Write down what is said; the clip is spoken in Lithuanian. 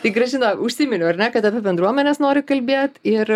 tai gražina užsiminiau ar ne kad apie bendruomenes nori kalbėt ir